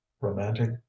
romantic